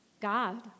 God